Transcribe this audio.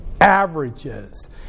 averages